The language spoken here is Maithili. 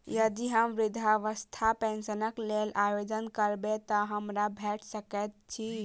यदि हम वृद्धावस्था पेंशनक लेल आवेदन करबै तऽ हमरा भेट सकैत अछि?